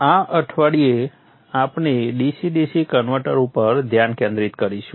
આ અઠવાડિયે આપણે DC DC કન્વર્ટર ઉપર ધ્યાન કેન્દ્રિત કરીશું